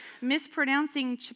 mispronouncing